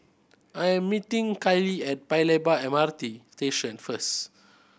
I am meeting Kiley at Paya Lebar M R T Station first